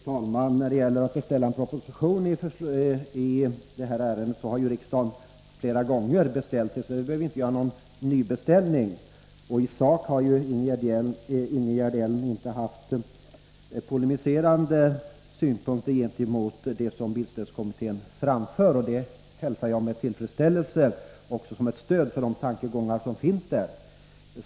Fru talman! Beträffande detta att beställa en proposition i det här ärendet vill jag säga att riksdagen ju flera gånger har gjort en beställning. Det behövs alltså ingen ny. I sak har inte Ingegerd Elm kommit med någon polemik mot bilstödskommitténs synpunkter, vilket jag hälsar med tillfredsställelse. Jag betraktar det som ett stöd för kommitténs tankegångar.